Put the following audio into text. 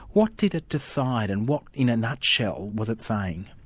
what did it decide, and what, in a nutshell, was it saying?